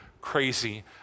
crazy